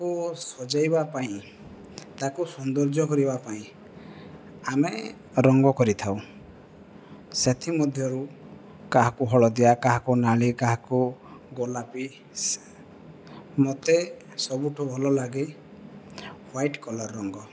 ତାକୁ ସଜେଇବା ପାଇଁ ତାକୁ ସୌନ୍ଦର୍ଯ୍ୟ କରିବା ପାଇଁ ଆମେ ରଙ୍ଗ କରିଥାଉ ସେଥିମଧ୍ୟରୁ କାହାକୁ ହଳଦିଆ କାହାକୁ ନାଲି କାହାକୁ ଗୋଲାପି ମୋତେ ସବୁଠୁ ଭଲ ଲାଗେ ହ୍ୱାଇଟ୍ କଲର୍ ରଙ୍ଗ